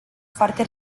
foarte